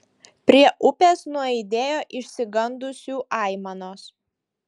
prie upės nuaidėjo išsigandusių aimanos